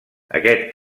aquest